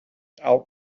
out